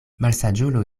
malsaĝulo